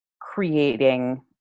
creating